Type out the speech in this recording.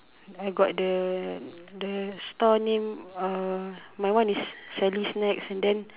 I got the the stall name uh my one is sally's snacks and then